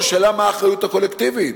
השאלה, מה האחריות הקולקטיבית?